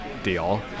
deal